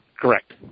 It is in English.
Correct